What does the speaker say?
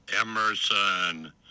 Emerson